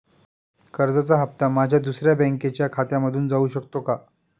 कर्जाचा हप्ता माझ्या दुसऱ्या बँकेच्या खात्यामधून जाऊ शकतो का?